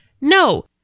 No